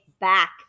back